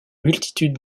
multitude